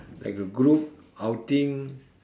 like a group outing